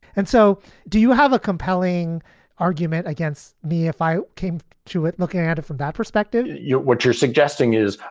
and so do you have a compelling argument against me if i came to it looking at it from that perspective? what you're suggesting is,